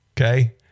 okay